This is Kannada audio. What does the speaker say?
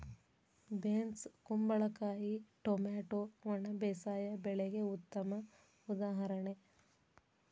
ಬೇನ್ಸ್ ಕುಂಬಳಕಾಯಿ ಟೊಮ್ಯಾಟೊ ಒಣ ಬೇಸಾಯ ಬೆಳೆಗೆ ಉತ್ತಮ ಉದಾಹರಣೆ